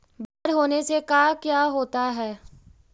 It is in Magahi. बाढ़ होने से का क्या होता है?